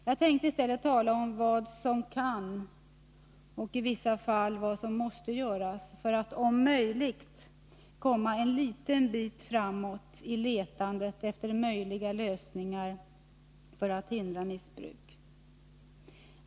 Jag tänkte i stället tala om vad som kan och vad som i vissa fall måste göras för att om möjligt komma en liten bit framåt i letandet efter tänkbara lösningar för att hindra missbruk.